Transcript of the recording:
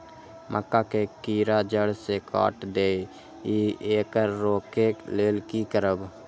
मक्का के कीरा जड़ से काट देय ईय येकर रोके लेल की करब?